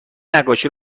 نقاشی